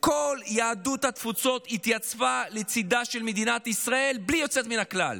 כל יהדות התפוצות התייצבה לצידה של מדינת ישראל בלי יוצא מן הכלל.